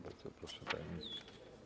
Bardzo proszę, panie ministrze.